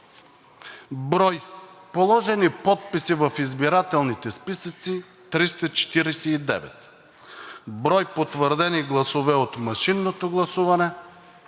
брой положени подписи в избирателните списъци – 349, брой потвърдени гласове от машинното гласуване